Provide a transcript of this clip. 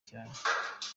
cyane